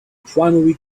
primary